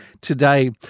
today